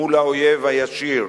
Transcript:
מול האויב הישיר,